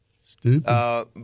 stupid